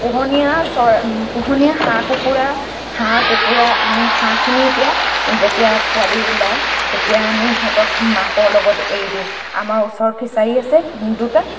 পোহনীয়া হাঁহ কুকুৰা হাঁহ কুকুৰা আমি হাঁহখিনি এতিয়া যেতিয়া পোৱালি ওলায় তেতিয়া আমি সিহঁতক মাকৰ লগত এৰি দিওঁ আমাৰ ওচৰত ফিছাৰী আছে দুটা